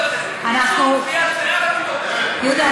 יהודה,